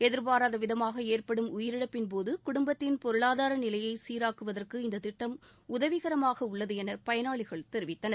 எதிர்பாராத விதமாக ஏற்படும் உயிரிழப்பின்போது குடும்பத்தின் பொருளாதார நிலையை சீராக்குவதற்கு இந்த திட்டம் உதவிகரமாக உள்ளது என பயனாளிகள் தெரிவித்தனர்